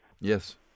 yes